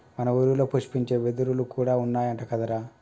మన ఊరిలో పుష్పించే వెదురులు కూడా ఉన్నాయంట కదరా